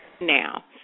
now